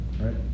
right